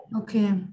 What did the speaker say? Okay